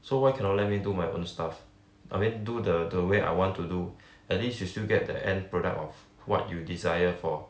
so why cannot let me do my own stuff I mean do the the way I want to do at least you still get the end product of what you desire for